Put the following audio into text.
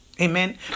Amen